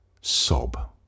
sob